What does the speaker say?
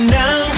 now